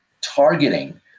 targeting